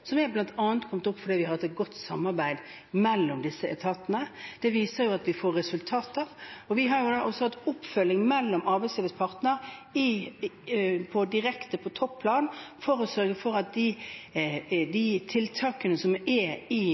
som jo bl.a. har kommet opp fordi vi har hatt et godt samarbeid mellom disse etatene. Det viser at vi får resultater. Vi har også hatt oppfølging av arbeidslivets parter direkte på topplan for å sørge for at de tiltakene som er i